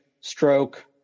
stroke